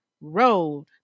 road